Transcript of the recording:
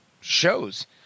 shows